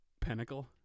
pinnacle